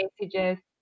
messages